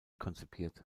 konzipiert